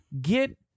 Get